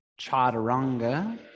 chaturanga